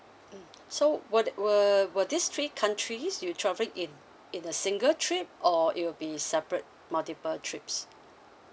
mm so what will will these three countries you travel in in a single trip or it will be separate multiple trips